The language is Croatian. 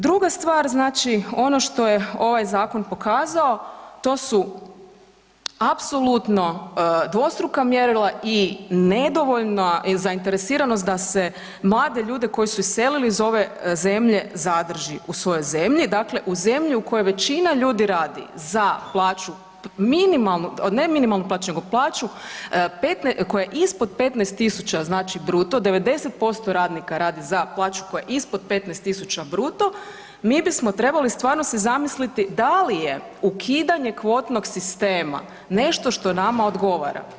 Druga stvar, znači ono što je ovaj zakon pokazao to su apsolutno dvostruka mjerila i nedovoljna zainteresiranost da se mlade ljude koji su iselili iz ove zemlje zadrži u svojoj zemlji, dakle u zemlji u kojoj većina ljudi radi za plaću minimalnu, ne minimalnu plaću, nego plaću koja je ispod 15.000 znači bruto, 90% radnika radi za plaću koja je ispod 15.000 bruto, mi bismo trebalo stvarno se zamisliti da li je ukidanje kvotnog sistema nešto što nama odgovara?